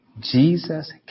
Jesus